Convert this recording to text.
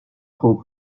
trop